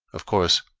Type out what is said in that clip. of course,